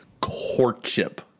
courtship